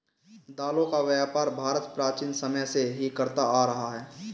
दालों का व्यापार भारत प्राचीन समय से ही करता आ रहा है